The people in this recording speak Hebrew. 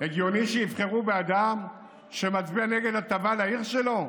הגיוני שיבחרו באדם שמצביע נגד הטבה לעיר שלו,